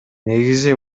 негизи